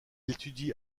étudie